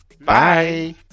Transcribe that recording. Bye